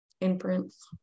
inference